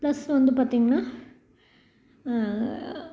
plus வந்து பார்த்திங்கன்னா